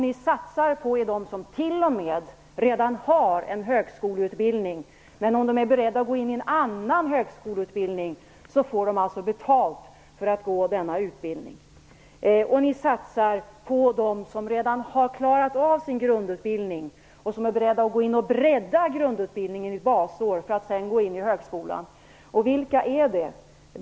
Ni satsar på dem som faktiskt redan har en högskoleutbildning. Om de är beredda att gå en annan högskoleutbildning får de betalt för att göra det. Ni satsar på dem som redan har klarat av sin grundutbildning och som är beredda att bredda grundutbildningen under ett basår för att sedan börja på högskolan. Vilka är det?